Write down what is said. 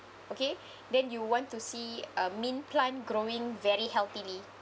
okay then you want to see a main plant growing very healthily